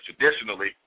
traditionally